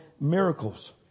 miracles